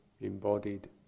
embodied